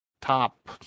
top